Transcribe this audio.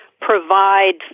provide